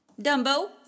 dumbo